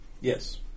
Yes